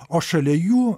o šalia jų